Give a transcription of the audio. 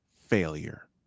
failure